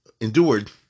endured